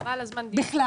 חבל על הזמן --- מצוין.